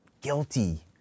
guilty